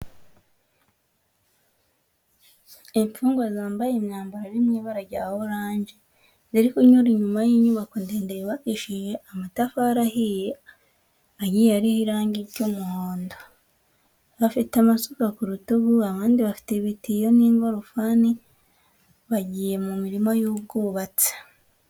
Imfungwa zambaye imyambaro iri mu ibara rya oranje ziri kunyura inyuma y'inyubako ndende yubashije amatafari agiye ariho irangi ry'umuhondo, bafite amasuka ku rutugu, abandi bafite ibitiyo n'ingorofani, bagiye mu mirimo y'ubwubatsi.